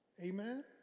Amen